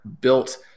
built